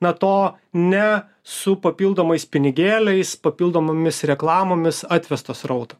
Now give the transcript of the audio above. na to ne su papildomais pinigėliais papildomomis reklamomis atvesto srauto